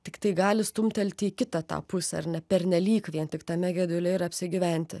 tiktai gali stumtelti į kitą tą pusę ar ne pernelyg vien tik tame gedule ir apsigyventi